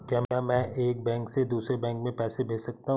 क्या मैं एक बैंक से दूसरे बैंक में पैसे भेज सकता हूँ?